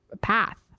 path